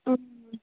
ఆ